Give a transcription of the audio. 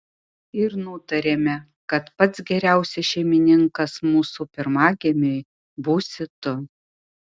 ir nutarėme kad pats geriausias šeimininkas mūsų pirmagimiui būsi tu